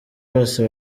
bose